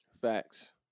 Facts